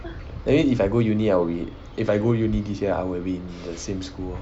that means if I go uni I will be if I go uni this year I would have been in the same school lor